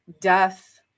death